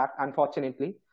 unfortunately